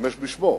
להשתמש בשמו.